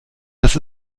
das